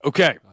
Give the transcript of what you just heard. Okay